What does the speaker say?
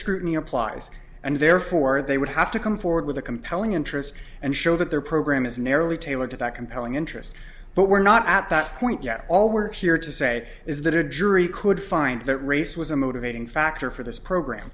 applies and therefore they would have to come forward with a compelling interest and show that their program is narrowly tailored to that compelling interest but we're not at that point yet all we're here to say is that a jury could find that race was a motivating factor for this program